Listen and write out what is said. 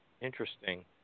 Interesting